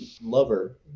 lover